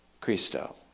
Christo